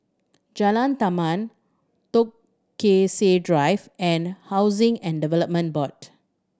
Jalan Taman Drive and Housing and Development Board